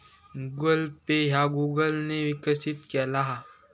Google Pay ह्या Google ने विकसित केला हा